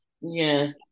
Yes